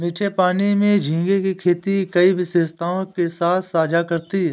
मीठे पानी में झींगे की खेती कई विशेषताओं के साथ साझा करती है